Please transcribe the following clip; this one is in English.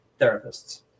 therapists